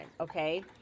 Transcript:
okay